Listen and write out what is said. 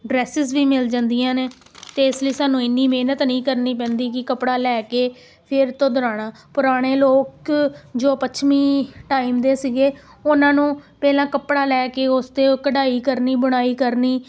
dresses ਵੀ ਮਿਲ ਜਾਂਦੀਆਂ ਨੇ ਤਾਂ ਇਸ ਲਈ ਸਾਨੂੰ ਇੰਨੀ ਮਿਹਨਤ ਨਹੀਂ ਕਰਨੀ ਪੈਂਦੀ ਕਿ ਕੱਪੜਾ ਲੈ ਕੇ ਫਿਰ ਤੋਂ ਦਰਾਣਾ ਪੁਰਾਣੇ ਲੋਕ ਜੋ ਪੱਛਮੀ ਟਾਈਮ ਦੇ ਸੀਗੇ ਉਹਨਾਂ ਨੂੰ ਪਹਿਲਾਂ ਕੱਪੜਾ ਲੈ ਕੇ ਉਸ 'ਤੇ ਉਹ ਕਢਾਈ ਕਰਨੀ ਬੁਣਾਈ ਕਰਨੀ